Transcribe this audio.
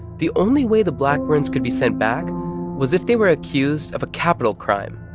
the only way the blackburns could be sent back was if they were accused of a capital crime,